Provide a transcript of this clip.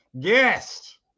guest